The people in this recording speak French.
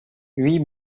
huit